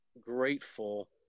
grateful